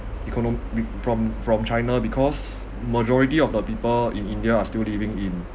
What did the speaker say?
economy from from china because majority of the people in india are still living in